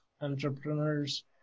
entrepreneurs